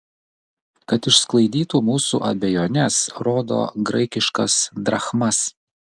kad išsklaidytų mūsų abejones rodo graikiškas drachmas